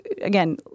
again